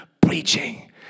preaching